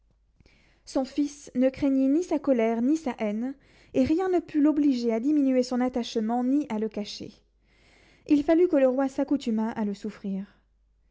son fils ne craignit ni sa colère ni sa haine et rien ne put l'obliger à diminuer son attachement ni à le cacher il fallut que le roi s'accoutumât à le souffrir